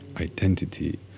identity